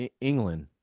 England